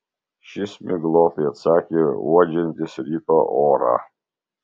šis miglotai atsakė uodžiantis ryto orą